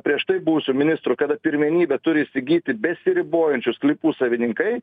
prieš tai buvusių ministrų kada pirmenybę turi įsigyti besiribojančių sklypų savininkai